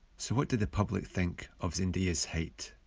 so what do the public think of zendaya's height?